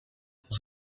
els